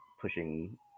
pushing